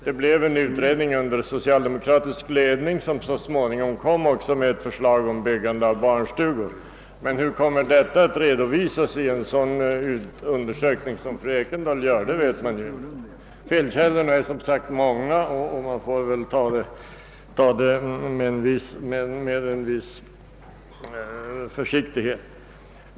Det blev en utredning under socialdemokratisk ledning, och det kom också så småningom ett förslag om byggande av barnstugor. Men man vet ju inte hur detta skulle redovisas i en undersökning av det slag fru Ekendahl talade om. Felkällorna är som. sagt många, och en viss försiktighet är väl på sin plats.